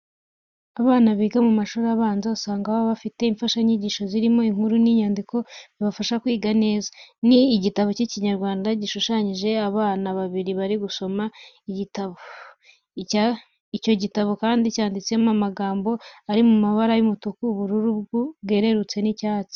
Abana biga mu mashuri abanza, usanga baba bafite imfashanyigisho zirimo inkuru n'imyandiko bibafahsa kwiga neza. Ni igitabo cy'Ikinyarwanda gishushanyijeho abana babiri bari gusoma igitabo. Icyo gitabo kandi cyanditseho amagambo ari mu mabara y'umutuku, ubururu bwerurutse n'icyatsi.